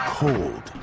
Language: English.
cold